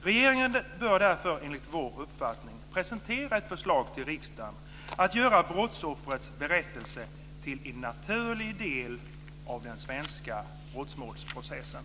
Regeringen bör därför, enligt vår uppfattning, presentera ett förslag till riksdagen om att göra brottsoffrets berättelse till en naturlig del av den svenska brottmålsprocessen.